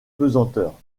pesanteur